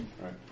Right